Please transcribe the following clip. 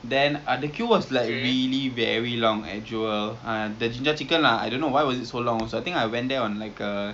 it's like how to say ah it's like macam jinjja chicken oh oh no no it's like uh wing stop wing zone that one